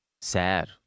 sad